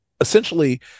essentially